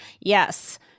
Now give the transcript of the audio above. Yes